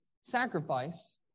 sacrifice